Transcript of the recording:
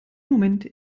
moment